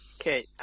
Okay